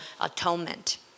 atonement